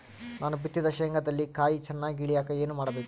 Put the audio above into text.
ನಾನು ಬಿತ್ತಿದ ಶೇಂಗಾದಲ್ಲಿ ಕಾಯಿ ಚನ್ನಾಗಿ ಇಳಿಯಕ ಏನು ಮಾಡಬೇಕು?